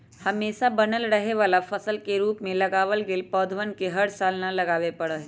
हमेशा बनल रहे वाला फसल के रूप में लगावल गैल पौधवन के हर साल न लगावे पड़ा हई